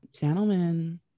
gentlemen